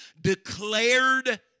declared